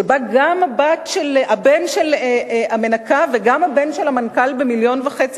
שבה גם הבן של המנקה וגם הבן של המנכ"ל במיליון וחצי